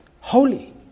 Holy